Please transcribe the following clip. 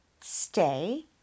stay